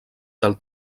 del